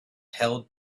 held